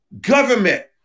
government